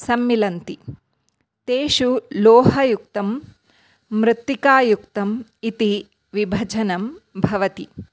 सम्मिलन्ति तेषु लोहयुक्तं मृत्तिका युक्तम् इति विभजनं भवति